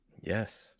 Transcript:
Yes